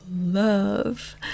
love